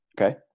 Okay